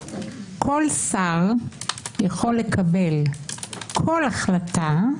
כל שר יכול לקבל כל החלטה.